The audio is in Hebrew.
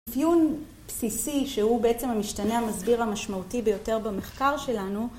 אפיון בסיסי שהוא בעצם המשתנה המסביר המשמעותי ביותר במחקר שלנו